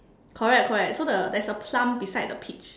correct correct so the there's a plum beside the peach